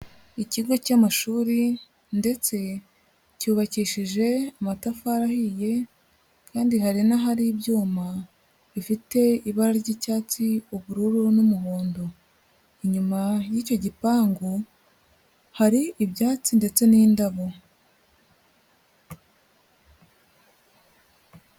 Ikigo cy'amashuri ndetse cyubakishije amatafari ahiye kandi hari n'ahari ibyuma bifite ibara ry'icyatsi, ubururu n'umuhondo, inyuma y'icyo gipangu hari ibyatsi ndetse n'indabo.